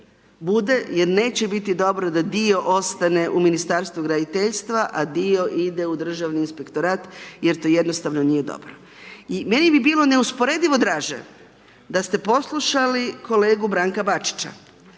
bude jer neće biti dobro da dio ostane u Ministarstvu graditeljstva, a dio ide u Državni inspektorat jer to jednostavno nije dobro. Meni bi bilo neusporedivo draže da ste poslušali kolegu Branka Bačića